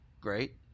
Great